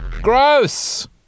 gross